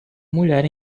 mulher